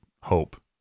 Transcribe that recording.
hope